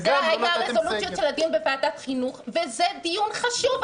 זו הייתה הרזולוציה של הדיון בוועדת חינוך וזה דיון חשוב.